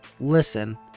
listen